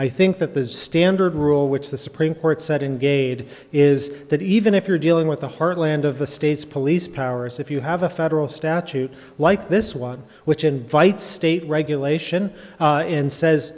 i think that the standard rule which the supreme court set in gade is that even if you're dealing with the heartland of a state's police powers if you have a federal statute like this one which invites state regulation and says